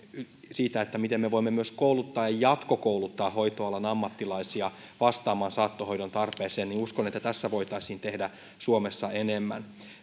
siitä miten me voimme myös kouluttaa ja jatkokouluttaa hoitoalan ammattilaisia vastaamaan saattohoidon tarpeeseen niin uskon että tässä voitaisiin tehdä suomessa enemmän